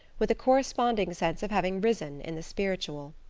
with a corresponding sense of having risen in the spiritual.